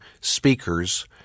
speakers